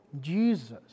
Jesus